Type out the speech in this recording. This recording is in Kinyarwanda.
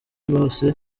bose